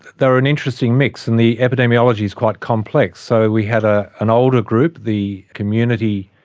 they were an interesting mix, and the epidemiology is quite complex. so we had ah an older group, the community,